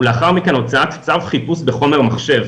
ולאחר מכן הוצאת צו חיפוש בחומר המחשב.